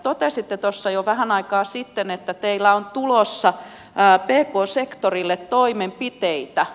totesitte tuossa jo vähän aikaa sitten että teillä on tulossa pk sektorille toimenpiteitä